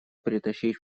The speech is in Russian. притащить